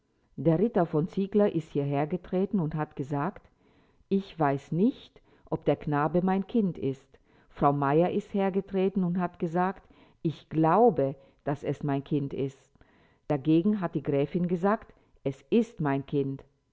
der ritter von ziegler ist hierher getreten und hat gesagt ich weiß nicht ob der knabe mein kind ist frau meyer ist hergetreten und hat gesagt ich glaube daß es mein kind ist dagegen hat die gräfin gesagt es ist mein kind